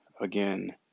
again